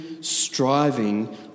striving